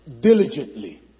diligently